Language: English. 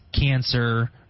cancer